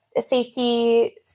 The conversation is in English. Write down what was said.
safety